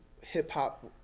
hip-hop